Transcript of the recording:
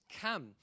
come